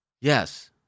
Yes